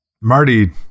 Marty